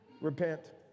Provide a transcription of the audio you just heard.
repent